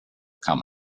come